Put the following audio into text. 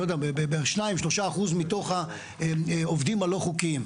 בשניים-שלושה אחוזים מתוך העובדים הלא חוקיים,